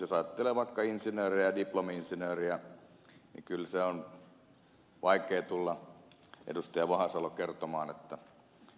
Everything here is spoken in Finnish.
jos ajattelee vaikka insinöörejä diplomi insinöörejä niin kyllä se on vaikea tulla ed